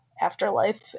Afterlife